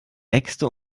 äxte